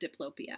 diplopia